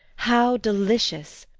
how delicious!